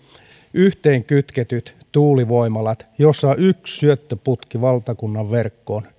yhteen kytketyt tuulivoimalat joissa on yksi syöttöputki valtakunnan verkkoon